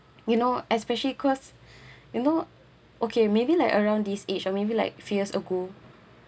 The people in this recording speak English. you know especially cause you know okay maybe like around this age or maybe like few years ago